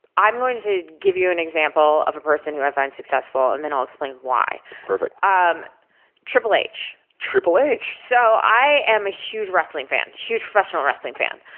i'm going to give you an example of a person who i find successful, and then i'll explain why. perfect. um triple h. triple h? so, i am a huge wrestling fan, huge professional wrestling fan.